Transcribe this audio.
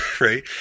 right